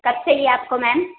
کب چاہیے آپ کو میم